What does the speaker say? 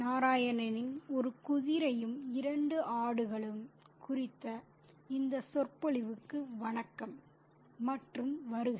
நாராயணனின் 'ஒரு குதிரையும் இரண்டு ஆடுகளும்' குறித்த இந்த சொற்பொழிவுக்கு வணக்கம் மற்றும் வருக